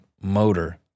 Motor